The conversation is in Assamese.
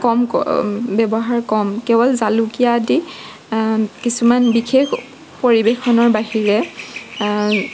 কম ব্যৱহাৰ কম কেৱল জালুকীয়া দি কিছুমান বিশেষ পৰিৱেশনৰ বাহিৰে